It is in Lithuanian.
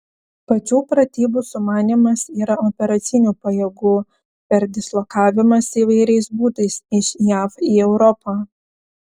pačių pratybų sumanymas yra operacinių pajėgų perdislokavimas įvairiais būdais iš jav į europą